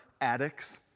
addicts